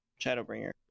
Shadowbringer